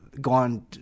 Gone